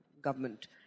government